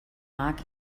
marc